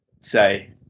say